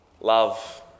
Love